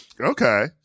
Okay